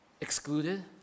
excluded